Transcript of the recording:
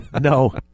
no